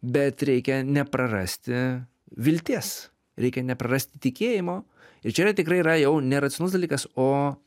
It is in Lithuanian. bet reikia neprarasti vilties reikia neprarasti tikėjimo ir čia yra tikrai yra jau ne racionalus dalykas o